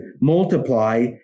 multiply